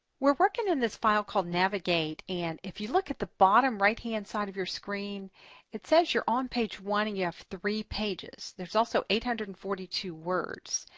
we're working in this file called navigate and if you look at the bottom right hand side of your screen it says you're on page one and you have three pages. there's also eight hundred and forty two words.